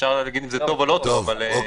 אפשר להגיד אם זה טוב או לא טוב, אבל --- חבר'ה.